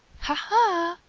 ha!